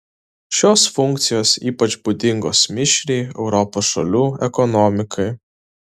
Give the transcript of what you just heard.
šios funkcijos ypač būdingos mišriai europos šalių ekonomikai